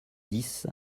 dix